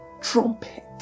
trumpet